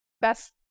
best